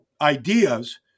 ideas